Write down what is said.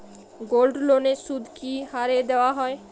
গোল্ডলোনের সুদ কি হারে দেওয়া হয়?